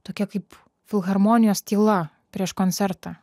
tokia kaip filharmonijos tyla prieš koncertą